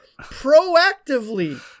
Proactively